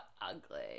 ugly